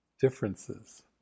differences